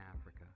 Africa